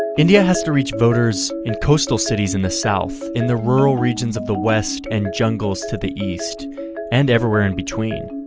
india has to reach voters in coastal cities in the south, in the rural regions of the west, and jungles to the east and everywhere in between.